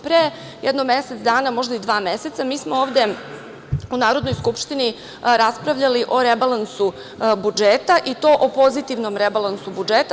Pre jedno mesec dana, možda i dva meseca mi smo ovde u Narodnoj skupštini raspravljali o rebalansu budžeta i to o pozitivnom rebalansu budžeta.